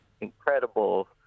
incredible